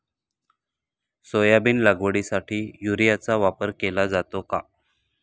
Soybean लागवडीसाठी युरियाचा वापर केला जातो का?